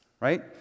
right